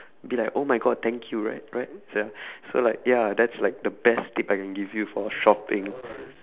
be like oh my god thank you right right sia so like ya that's like the best tip I can give you for shopping